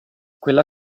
quella